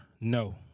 No